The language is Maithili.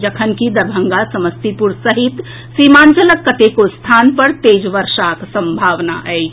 जखनकि दरभंगा समस्तीपुर सहित सीमालांचलक कतेको स्थान पर तेज वर्षाक संभावना अछि